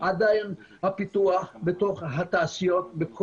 עדיין הפיתוח בתוך התעשיות,